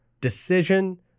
decision